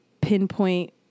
pinpoint